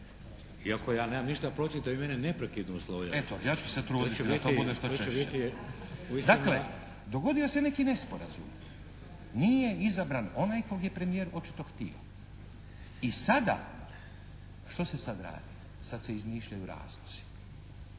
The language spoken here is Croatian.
Iako ja nemam ništa protiv da vi mene neprekidno oslovljavate. **Stazić, Nenad (SDP)** Eto ja ću se truditi da to bude što češće. Dakle, dogodio se neki nesporazum. Nije izabran onaj kog je premijer očito htio i sada, što se sad radi? Sad se izmišljaju razlozi.